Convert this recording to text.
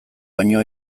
baino